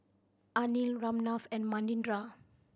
Anil Ramnath and Manindra